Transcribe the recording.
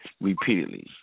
repeatedly